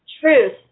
truth